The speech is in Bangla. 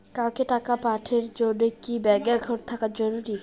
কাউকে টাকা পাঠের জন্যে কি ব্যাংক একাউন্ট থাকা জরুরি?